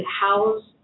house –